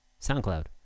soundcloud